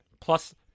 Plus